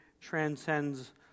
transcends